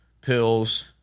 pills